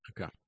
Okay